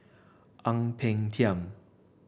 Ang Peng Tiam